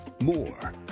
More